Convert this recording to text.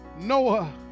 Noah